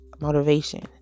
motivation